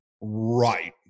Right